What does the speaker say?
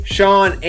Sean